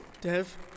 Dev